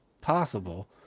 possible